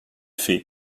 fées